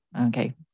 Okay